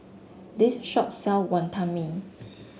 this shop sell Wonton Mee